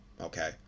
Okay